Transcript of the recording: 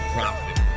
Profit